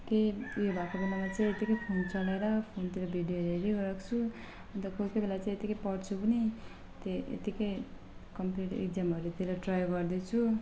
केही ऊ यो भएको बेलामा चाहिँ यत्तिकै फोन चलाएर फोनतिर भिडियो हेरिराख्छु अन्त कोही कोही बेला चाहिँ यत्तिकै पढ्छु पनि त्यही यत्तिकै कम्पिटेटिभ एक्जामहरूतिर ट्राई गर्दैछु